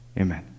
Amen